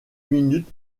minute